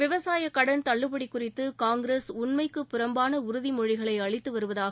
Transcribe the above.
விவசாய கடன் தள்ளுபடி குறித்து காங்கிரஸ் உண்மைக்கு புறம்பான உறுதிமொழிகளை அளித்து வருவதாக பிரதமர் கூறினார்